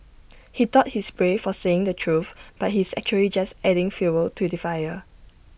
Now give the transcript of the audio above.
he thought he's brave for saying the truth but he's actually just adding fuel to the fire